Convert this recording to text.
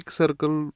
circle